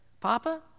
Papa